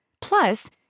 Plus